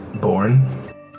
born